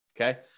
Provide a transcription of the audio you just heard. Okay